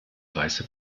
weiße